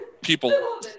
people